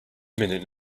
minute